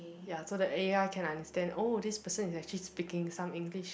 ya so that A_I can understand oh this person is actually speaking some English